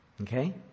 Okay